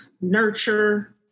nurture